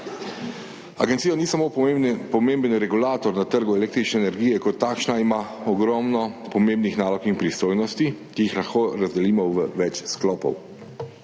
Agencija ni samo pomemben regulator na trgu električne energije, kot takšna ima ogromno pomembnih nalog in pristojnosti, ki jih lahko razdelimo v več sklopov.